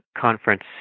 conference